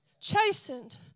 chastened